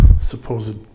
supposed